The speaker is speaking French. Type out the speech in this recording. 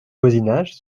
voisinage